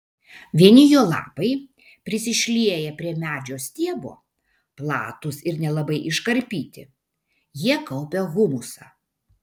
vieni jo lapai prisišlieję prie medžio stiebo platūs ir nelabai iškarpyti jie kaupia humusą